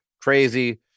Crazy